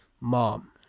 mom